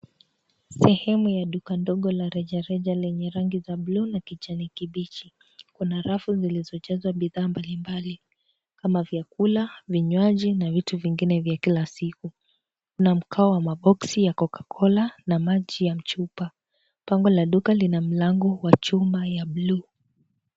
Sehemu ya duka dogo la rejareja lenye rangi za bluu na kijanikibichi, kuna rafu zilizojazwa bidhaa mbalimbali, kama vyakula, vinywaji na vitu vingine vya kila siku, kuna mkao wa maboxi ya Cocacola na maji ya chupa, bango la duka lina mlango wa chuma ya bluu.